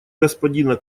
господина